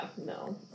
no